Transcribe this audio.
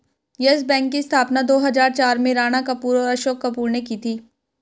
yes Bank की स्थापना दो हजार चार में राणा कपूर और अशोक कपूर ने की थी